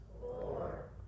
four